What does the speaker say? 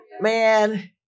man